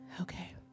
Okay